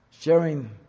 Sharing